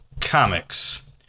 Comics